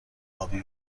آبی